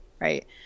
right